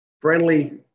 Friendly